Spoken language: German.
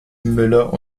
müller